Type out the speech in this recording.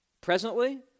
presently